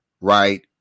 right